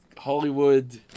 Hollywood